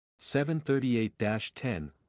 738-10